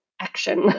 action